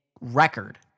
record